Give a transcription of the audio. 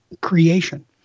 creation